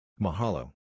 Mahalo